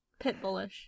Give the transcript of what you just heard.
Pitbullish